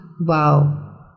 Wow